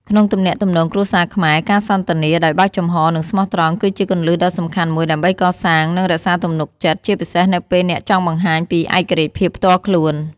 ក្នុងទំនាក់ទំនងគ្រួសារខ្មែរ ការសន្ទនាដោយបើកចំហរ និងស្មោះត្រង់ គឺជាគន្លឹះដ៏សំខាន់មួយ ដើម្បីកសាង និងរក្សាទំនុកចិត្ត ជាពិសេសនៅពេលអ្នកចង់បង្ហាញពីឯករាជ្យភាពផ្ទាល់ខ្លួន។